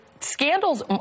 scandals